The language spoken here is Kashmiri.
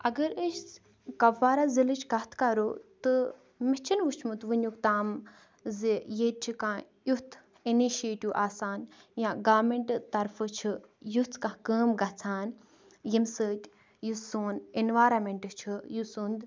اگر أسۍ کَپوارہ ضِلٕچ کَتھ کَرو تہٕ مےٚ چھِنہٕ وٕچھمُت وٕنیُک تام زِ ییٚتہِ چھِ کانٛہہ یُتھ اِنِشیٹِو آسان یا گارمٮ۪نٛٹ طرفہٕ چھِ یِژھ کانٛہہ کٲم گژھان ییٚمہِ سۭتۍ یہِ سون اِنوارامٮ۪نٛٹ چھِ یہِ سُنٛد